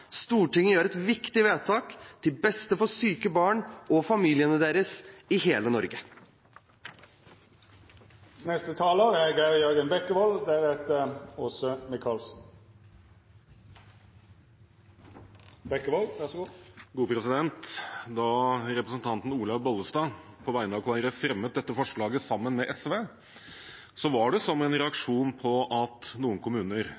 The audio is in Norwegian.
Stortinget gjør et viktig vedtak til beste for syke barn og familiene deres i hele Norge. Da representanten Olaug Bollestad på vegne av Kristelig Folkeparti fremmet dette forslaget sammen med SV, var det som en reaksjon på at noen kommuner